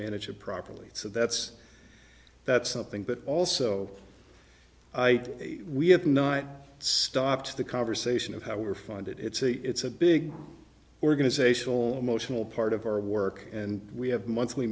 manage it properly so that's that's something but also we have not stopped the conversation of how we're fund it it's a big organizational emotional part of our work and we have monthly